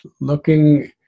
looking